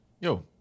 Yo